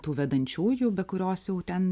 tų vedančiųjų be kurios jau ten